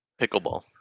Pickleball